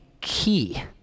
key